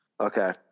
Okay